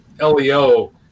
LEO